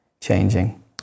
changing